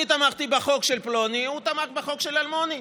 אני תמכתי בחוק של פלוני, הוא תמך בחוק של אלמוני.